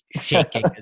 shaking